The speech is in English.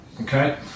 Okay